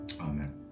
Amen